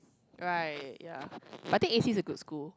right ya but I think A C is a good school